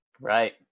Right